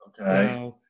Okay